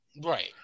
Right